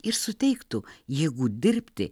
ir suteiktų jėgų dirbti